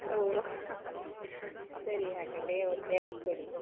ಓಹ್ ಸರಿ ಹಾಗಾದರೆ ಒಂದು ಎರಡು ಕೊಡಿ